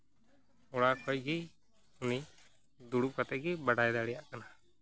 ᱚᱲᱟᱜ ᱠᱷᱚᱱ ᱜᱮ ᱩᱱᱤᱭ ᱫᱩᱲᱩᱵ ᱠᱟᱛᱮᱫ ᱜᱮᱭ ᱵᱟᱰᱟᱭ ᱫᱟᱲᱮᱭᱟᱜ ᱠᱟᱱᱟ